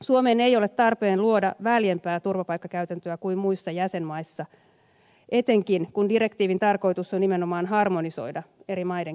suomeen ei ole tarpeen luoda väljempää turvapaikkakäytäntöä kuin muissa jäsenmaissa etenkään kun direktiivin tarkoitus on nimenomaan harmonisoida eri maiden käytäntöjä